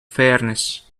fairness